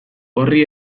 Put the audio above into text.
horri